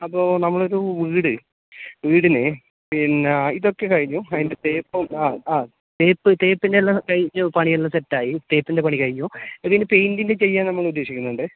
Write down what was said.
അപ്പോൾ നമ്മളൊരു വീട് വീടില്ലെ പിന്നെ ഇതൊക്കെ കഴിഞ്ഞു അതിൻ്റെ തേപ്പും ആ ആ തേപ്പ് തേപ്പിൻ്റെയെല്ലാം കഴിഞ്ഞു പണിയെല്ലാം സെറ്റായി തേപ്പിൻ്റെ പണി കഴിഞ്ഞു ഇതിന് പെയിൻറ്റിൻ്റെ ചെയ്യാൻ നമ്മളുദ്ദേശിക്കുന്നുണ്ട്